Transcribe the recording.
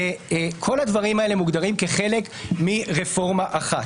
כל הדברים האלה מוגדרים כחלק מרפורמה אחת.